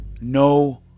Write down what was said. No